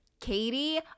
Katie